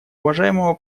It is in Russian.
уважаемого